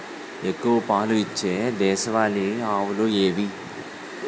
ఎక్కువ పాలు ఇచ్చే దేశవాళీ ఆవులు ఏవి?